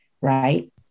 right